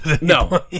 No